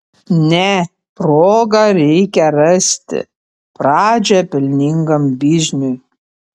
ne progą reikia rasti pradžią pelningam bizniui